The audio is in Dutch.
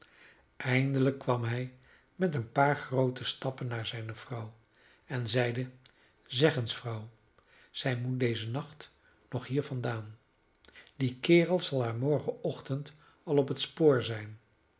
eindelijk kwam hij met een paar groote stappen naar zijne vrouw en zeide zeg eens vrouw zij moet dezen nacht nog hier vandaan die kerel zal haar morgenochtend al op het spoor zijn